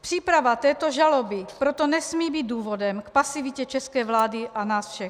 Příprava této žaloby proto nesmí být důvodem k pasivitě české vlády a nás všech.